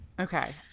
Okay